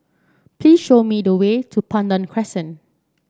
please show me the way to Pandan Crescent